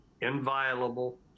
inviolable